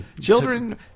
Children